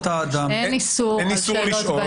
אין איסור על שאלות בעל פה.